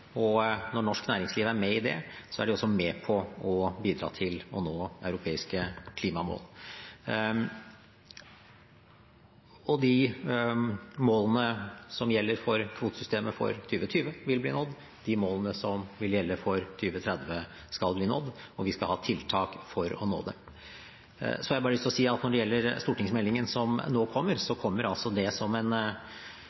Når norsk næringsliv er med i det, er det også med på å bidra til å nå europeiske klimamål. De målene som gjelder for kvotesystemet for 2020, vil bli nådd. De målene som vil gjelde for 2030, skal bli nådd. Og vi skal ha tiltak for å nå dem. Jeg har bare lyst til å si at når det gjelder stortingsmeldingen, kommer den som